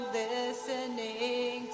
listening